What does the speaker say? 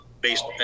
based